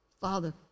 Father